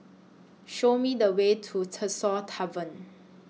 Show Me The Way to Tresor Tavern